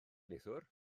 neithiwr